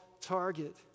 target